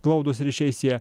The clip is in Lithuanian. glaudūs ryšiai sieja